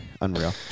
Unreal